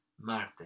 Marte